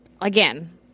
again